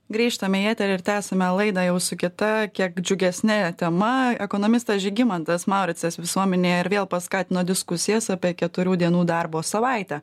grįžtam į eterį ir tęsiame laidą jau su kita kiek džiugesne tema ekonomistas žygimantas mauricas visuomenėje ir vėl paskatino diskusijas apie keturių dienų darbo savaitę